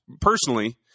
personally